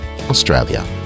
Australia